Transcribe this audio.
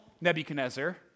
Nebuchadnezzar